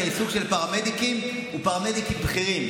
את העיסוק של פרמדיקים ופרמדיקים בכירים,